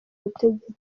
ubutegetsi